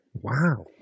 wow